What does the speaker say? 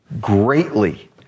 greatly